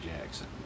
Jackson